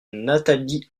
nathalie